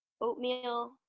oatmeal